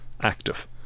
active